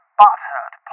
butthurt